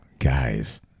Guys